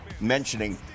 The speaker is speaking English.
mentioning